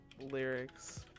lyrics